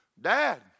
Dad